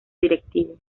directivo